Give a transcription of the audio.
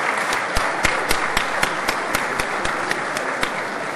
איטליה ויושב-ראש הכנסת.) (מחיאות כפיים)